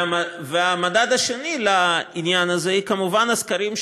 והמדד השני לעניין הזה יהיה כמובן הסקרים,